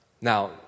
Now